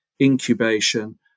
incubation